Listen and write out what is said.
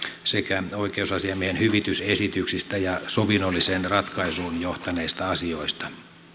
sekä oikeusasiamiehen hyvitysesityksistä ja sovinnolliseen ratkaisuun johtaneista asioista